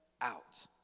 out